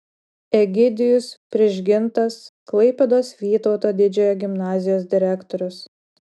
egidijus prižgintas klaipėdos vytauto didžiojo gimnazijos direktorius